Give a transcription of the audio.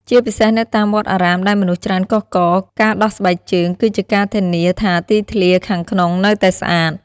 ជាពិសេសនៅតាមវត្តអារាមដែលមនុស្សច្រើនកុះករ ការដោះស្បែកជើងគឺជាការធានាថាទីធ្លាខាងក្នុងនៅតែស្អាត។